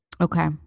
Okay